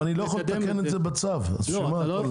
אבל אני לא יכול לתקן את זה בצו, אז בשביל מה?